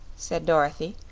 said dorothy.